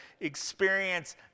experience